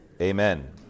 Amen